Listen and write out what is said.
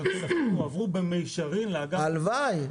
אבל כספים הועברו במישרין לאגף --- הלוואי,